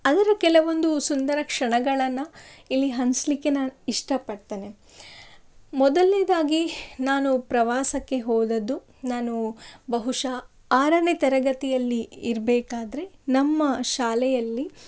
ಅದರ ಕೆಲವೊಂದು ಸುಂದರ ಕ್ಷಣಗಳನ್ನು ಇಲ್ಲಿ ಹಂಚಲಿಕ್ಕೆ ನಾನು ಇಷ್ಟಪಡ್ತೇನೆ ಮೊದಲನೇದಾಗಿ ನಾನು ಪ್ರವಾಸಕ್ಕೆ ಹೋದದ್ದು ನಾನು ಬಹುಶಃ ಆರನೇ ತರಗತಿಯಲ್ಲಿ ಇರಬೇಕಾದ್ರೆ ನಮ್ಮ ಶಾಲೆಯಲ್ಲಿ